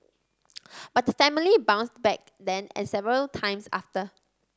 but the family bounced back then and several times after